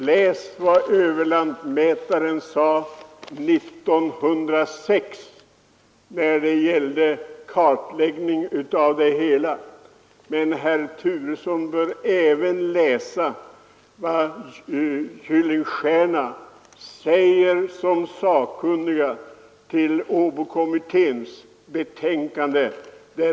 Läs vad överlantmätaren sade härom 1906! Men herr Turesson bör även läsa vad Kuylenstierna sade som sakkunnig i åbokommitténs betänkande.